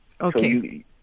okay